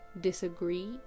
disagree